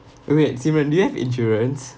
wa~ wait simeon do you have insurance